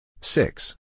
Six